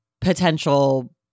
potential